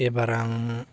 एबार आं